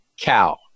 cow